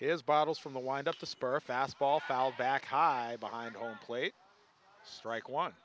is bottles from the wind up to spur fastball fouled back hide behind home plate strike one